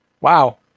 Wow